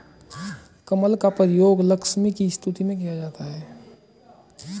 कमल का प्रयोग लक्ष्मी की स्तुति में किया जाता है